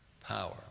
power